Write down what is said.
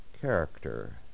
character